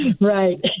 right